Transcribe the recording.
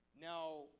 Now